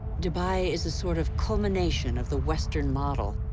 dubai is a sort of culmination of the western model.